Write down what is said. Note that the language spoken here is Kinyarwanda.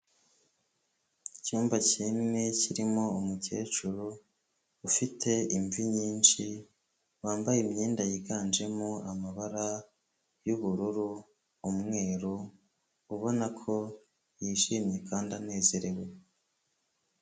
Icyumba kinini kirimo umukecuru ufite imvi nyinshi, wambaye imyenda yiganjemo amabara y'ubururu, umweru, ubona ko yishimye kandi anezerewe.